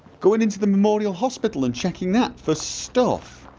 going into the memorial hospital and checking that for stuff